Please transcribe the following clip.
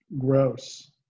gross